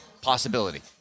possibility